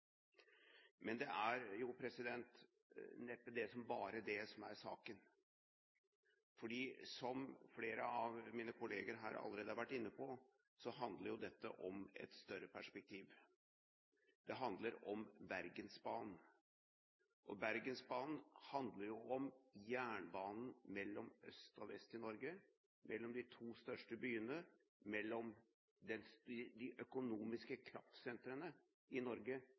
Men det er neppe bare det som er saken. Som flere av mine kolleger her allerede har vært inne på, handler dette om et større perspektiv. Det handler om Bergensbanen. Og Bergensbanen handler om jernbanen mellom øst og vest i Norge, mellom de to største byene, mellom de økonomiske kraftsentrene i Norge: